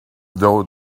though